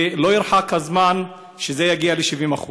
ולא ירחק הזמן שזה יגיע ל-70%,